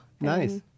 Nice